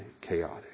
chaotic